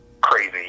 crazy